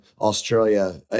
Australia